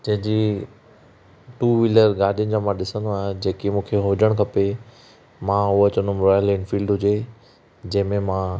छेजी two wheeler गाडि॒नि जा मां ॾिसंदो आहियां जेकी मूंखे हुजण खपे मां उहो चवंदुमि रॉयल एनफील्ड हुजे जंहिं में मां